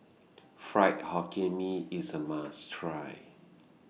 Fried Hokkien Mee IS A must Try